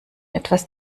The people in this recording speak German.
etwas